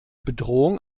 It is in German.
bedrohung